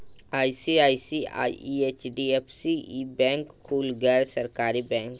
ICICI, HDFC, ई bank कुल गैर सरकारी बैंक ह